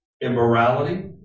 immorality